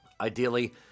Ideally